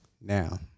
Now